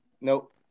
Nope